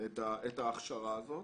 את ההכשרה הזאת.